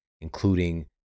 including